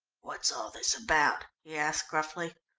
what's all this about? he asked gruffly.